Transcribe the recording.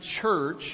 church